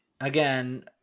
again